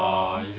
orh